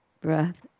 breath